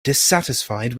dissatisfied